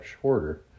shorter